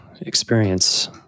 experience